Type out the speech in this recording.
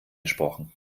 gesprochen